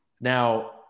Now